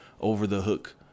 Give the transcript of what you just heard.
over-the-hook